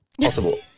possible